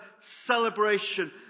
celebration